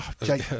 Jake